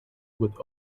with